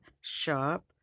shop